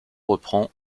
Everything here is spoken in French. reprend